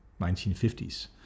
1950s